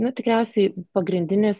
nu tikriausiai pagrindinis